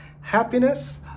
happiness